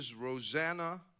Rosanna